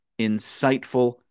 insightful